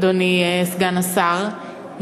אדוני סגן השר,